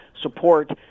support